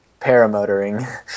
Paramotoring